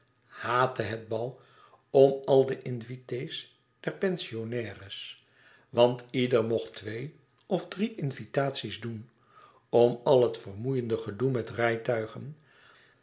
het bal om al de invités der pensionnaires want ieder mocht twee of drie invitaties doen om al het vermoeiende gedoe met rijtuigen